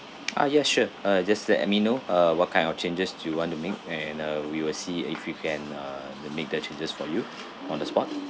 ah ya sure uh just let me know uh what kind of changes do you want to make and uh we will see if we can uh make the changes for you on the spot